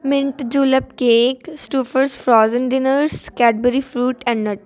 minute julep cake stuffers frozen dinners Cadbury fruit n nut